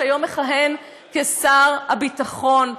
שהיום מכהן כשר הביטחון,